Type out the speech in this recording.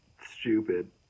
stupid